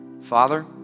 Father